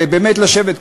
ובאמת לשבת,